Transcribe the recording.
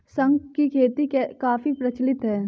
शंख की खेती काफी प्रचलित है